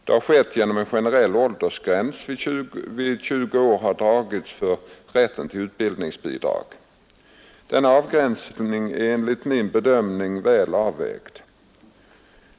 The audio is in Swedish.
Det har skett genom att en generell åldersgräns vid 20 år har dragits för rätten till utbildningsbidrag. Denna avgränsning är enligt min bedömning väl avvägd.